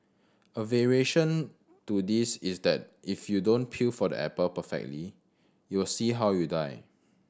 a variation to this is that if you don't peel the apple perfectly you'll see how you die